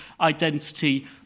identity